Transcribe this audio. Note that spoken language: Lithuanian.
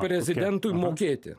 prezidentui mokėti